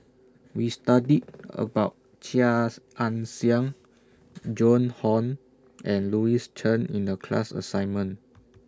We studied about Chia Ann Siang Joan Hon and Louis Chen in The class assignment